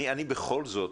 אני בכל זאת,